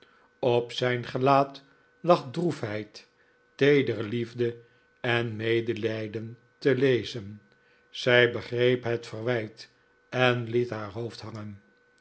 op zijn gelaat lag droefheid teedere liefde en medelijden te lezen zij begreep het verwijt en liet haar hoofd hangen